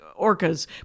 orcas